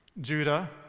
Judah